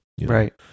Right